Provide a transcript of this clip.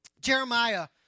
Jeremiah